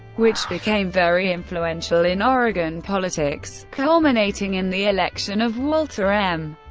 which became very influential in oregon politics, culminating in the election of walter m.